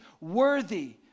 Worthy